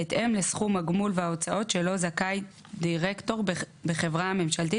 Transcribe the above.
בהתאם לסכום הגמול וההוצאות שלו זכאי דירקטור בחברה הממשלתית